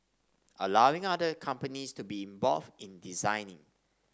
allowing other companies to be involved in designing